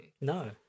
No